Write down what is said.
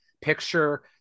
picture